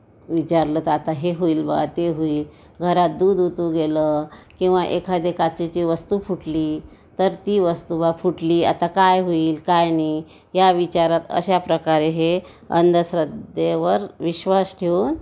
विचारलं तर आता हे होईल बा ते होईल घरात दूध उतू गेलं किंवा एखादी काचेची वस्तू फुटली तर ती वस्तू बा फुटली आता काय होईल काय नाही ह्या विचारात अशा प्रकारे हे अंधश्रद्धेवर विश्वास ठेवून